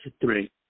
three